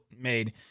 made